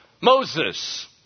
Moses